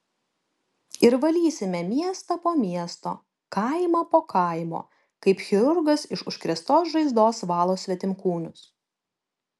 ir valysime miestą po miesto kaimą po kaimo kaip chirurgas iš užkrėstos žaizdos valo svetimkūnius